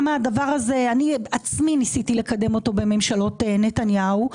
אני בעצמי ניסיתי לקדם את הדבר הזה בממשלות נתניהו,